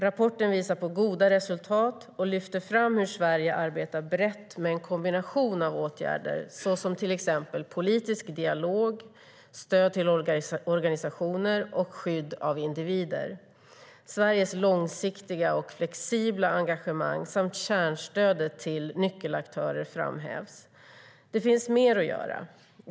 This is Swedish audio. Rapporten visar på goda resultat och lyfter fram hur Sverige arbetar brett med en kombination av åtgärder, såsom politisk dialog, stöd till organisationer och skydd av individer. Sveriges långsiktiga och flexibla engagemang samt kärnstöd till viktiga nyckelaktörer framhävs. Det finns mer att göra.